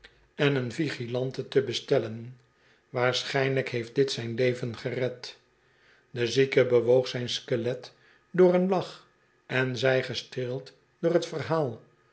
tasmania een vigilante te bestellen waarschijnlijk heeft dit zijn leven gered de zieke bewoog zijn skelet door een lach en zei gestreeld door t verhaal